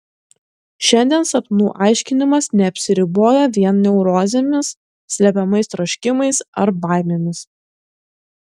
šiandien sapnų aiškinimas neapsiriboja vien neurozėmis slepiamais troškimais ar baimėmis